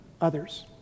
others